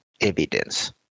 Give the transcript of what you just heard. evidence